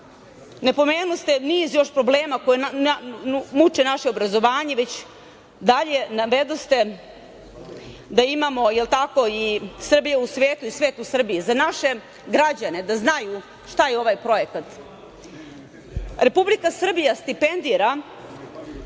Ne pomenuste niz još problema koji muče naše obrazovanje, već dalje navedoste da imamo, jel tako, i „Srbija u svetu i svet u Srbiji“. Za naše građane, da znaju šta je ovaj projekat. Republika Srbija stipendira